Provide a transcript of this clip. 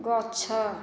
ଗଛ